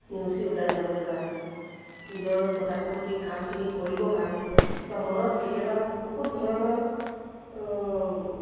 নেওচি ওলাই যাবলৈ কাৰণে নিজৰ গতানুগতিক কামখিনি কৰিবৰ কাৰণে বা মনত কেতিয়াবা বহুত ধৰণৰ